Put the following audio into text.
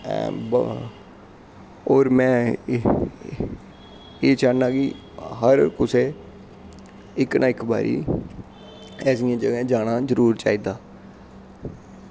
होर में एह् एह् चाह्न्नां कि हर कुसै इक ना इक बारी ऐसियें जगहें उप्पर जाना जरूर चाहिदा